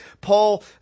Paul